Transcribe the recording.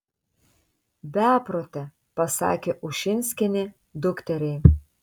beprote pasakė ušinskienė dukteriai